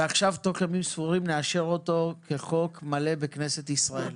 ועכשיו תוך ימים ספורים נאשר אותו כחוק מלא בכנסת ישראל.